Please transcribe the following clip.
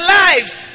lives